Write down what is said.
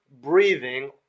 breathing